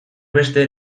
beste